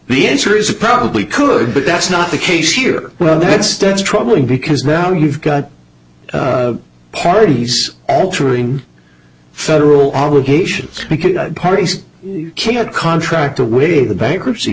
the answer is a probably could but that's not the case here well that's that's troubling because now you've got parties altering federal obligations because parties can't contract away the bankruptcy